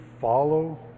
follow